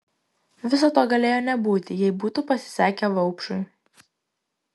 viso to galėjo nebūti jei būtų pasisekę vaupšui